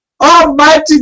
Almighty